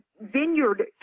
vineyard